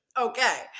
Okay